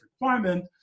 requirement